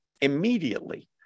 immediately